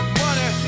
money